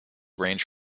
range